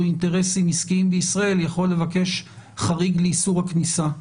אינטרסים עסקיים בישראל יכול לבקש חריג לאיסור הכניסה.